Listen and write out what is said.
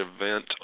event